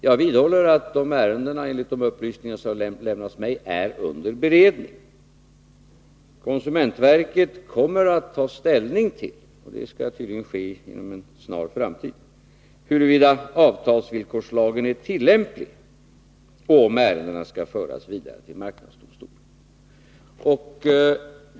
Jag vidhåller att dessa ärenden, enligt de upplysningar som har lämnats mig, är under beredning. Konsumentverket kommer att ta ställning till — det skall tydligen ske inom en snar framtid — huruvida avtalsvillkorslagen är tillämplig och om ärendena skall föras vidare till marknadsdomstolen.